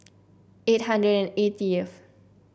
eight hundred and eightyth